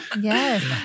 Yes